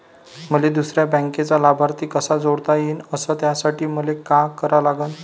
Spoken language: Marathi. मले दुसऱ्या बँकेचा लाभार्थी कसा जोडता येईन, अस त्यासाठी मले का करा लागन?